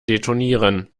detonieren